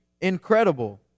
incredible